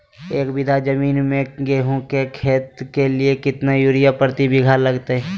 एक बिघा जमीन में गेहूं के खेती के लिए कितना यूरिया प्रति बीघा लगतय?